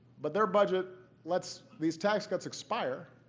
but their budget lets these tax cuts expire.